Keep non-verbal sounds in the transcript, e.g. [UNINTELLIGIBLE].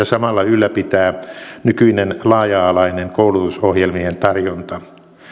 [UNINTELLIGIBLE] samalla ylläpitää nykyinen laaja alainen koulutusohjelmien tarjonta